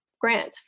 grant